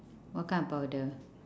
what kind of powder